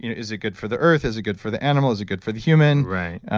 is it good for the earth, is it good for the animal, is it good for the human?